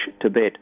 Tibet